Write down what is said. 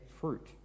fruit